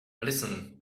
listen